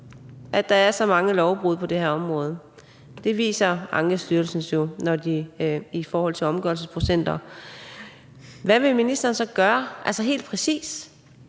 at der er så mange lovbrud på det her område – det viser Ankestyrelsens tal jo i forhold til omgørelsesprocenter – hvad ministeren så helt præcis